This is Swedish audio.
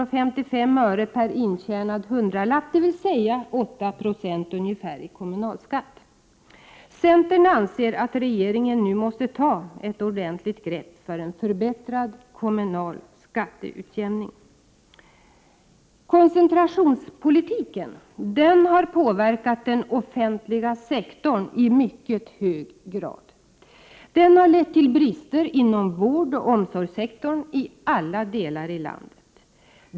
och 55 öre per intjänad hundralapp, dvs. ungefär 8 70 i kommunalskatt. Centern anser att regeringen nu måste ta ett ordentligt grepp för en förbättrad kommunal skatteutjämning. 57 Koncentrationspolitiken har påverkat den offentliga sektorn i mycket hög grad. Den har lett till brister inom vårdoch omsorgssektorn i alla delar av landet.